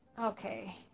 Okay